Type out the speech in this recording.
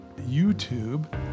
YouTube